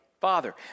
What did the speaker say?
Father